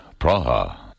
Praha